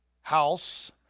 house